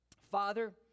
Father